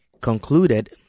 concluded